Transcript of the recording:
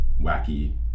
wacky